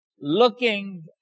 looking